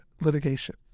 litigation